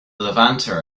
levanter